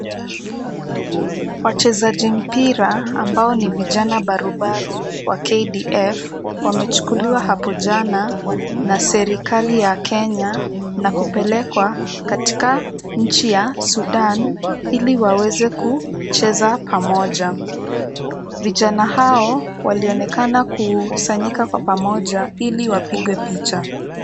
Wachezaji mpira ambao ni vijana barubaru wa KDF wamechukuliwa hapo jana na serikali ya Kenya na kupelekwa katika nchi ya Sudan ili waweze kucheza pamoja. Vijana hao walionekana kusanyika pamoja ili wapigwe picha.